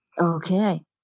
Okay